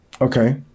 Okay